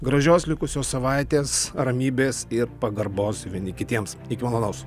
gražios likusios savaitės ramybės ir pagarbos vieni kitiems iki malonaus